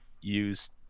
use